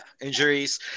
injuries